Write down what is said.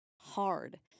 hard